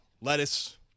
lettuce